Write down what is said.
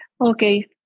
okay